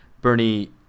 Bernie